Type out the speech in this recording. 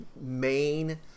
main